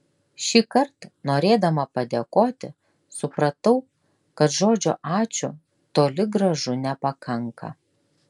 šįkart norėdama padėkoti supratau kad žodžio ačiū toli gražu nepakanka